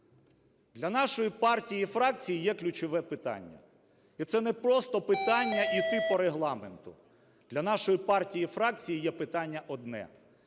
Для нашої партії і фракції є ключове питання і це не просто питання йти по Регламенту, для нашої партії і фракції є питання одне –